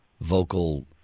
vocal